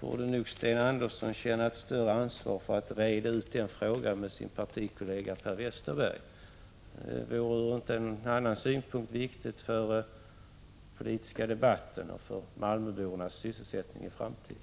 borde Sten Andersson känna ett större ansvar för att reda ut den frågan med sin partikollega Per Westerberg. Om inte annat vore det bra för den politiska debatten och för malmöbornas sysselsättning i framtiden.